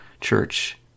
church